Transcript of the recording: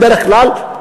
בדרך כלל,